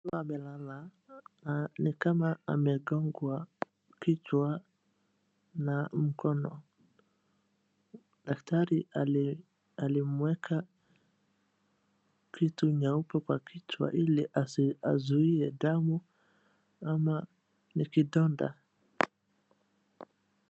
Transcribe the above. Nikama amegongwa kichwa na mkono. Daktari alimweka kitu nyeupe kwa kichwa ili azuie damu ama ni kidonda.